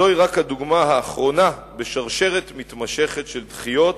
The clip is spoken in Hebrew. זוהי רק הדוגמה האחרונה בשרשרת מתמשכת של דחיות